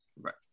right